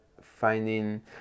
finding